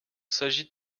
s’agit